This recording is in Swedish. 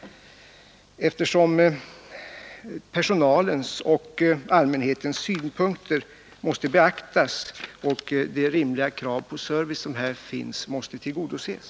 Personalens och allmänhetens synpunkter måste beaktas, och de rimliga kraven på service måste tillgodoses.